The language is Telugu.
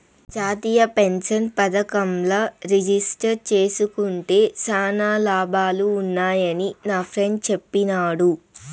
జాతీయ పెన్సన్ పదకంల రిజిస్టర్ జేస్కుంటే శానా లాభాలు వున్నాయని నాఫ్రెండ్ చెప్పిన్నాడు